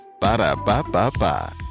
Ba-da-ba-ba-ba